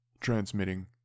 Transmitting